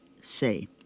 say